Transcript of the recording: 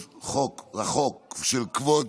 החוק של כבוד,